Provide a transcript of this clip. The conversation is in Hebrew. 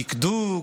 דקדוק,